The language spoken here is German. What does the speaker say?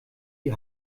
die